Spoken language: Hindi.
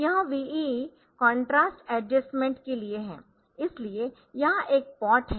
यह VEE कंट्रास्ट एडजस्टमेंट के लिए है इसलिए यहाँ एक पॉट है